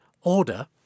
order